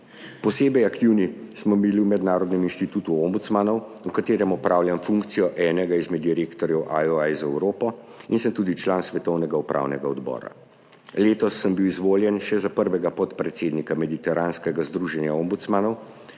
Posebej aktivni smo bili v Mednarodnem inštitutu ombudsmanov, v katerem opravljam funkcijo enega izmed direktorjev IOI za Evropo in sem tudi član svetovnega upravnega odbora. Letos sem bil izvoljen še za prvega podpredsednika Mediteranskega združenja ombudsmanov,